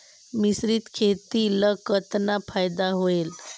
मिश्रीत खेती ल कतना फायदा होयल?